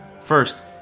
First